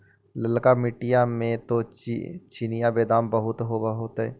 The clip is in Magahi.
ललका मिट्टी मे तो चिनिआबेदमां बहुते होब होतय?